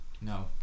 No